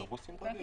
האוטובוסים רגיל.